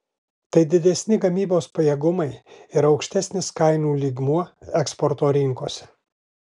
tai didesni gamybos pajėgumai ir aukštesnis kainų lygmuo eksporto rinkose